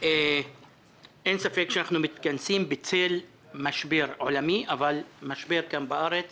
אין ספק שאנחנו מתכנסים בצל משבר עולמי אבל גם משבר בארץ